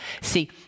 See